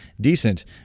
decent